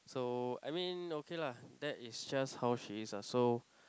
so I mean okay lah that is just how she is ah so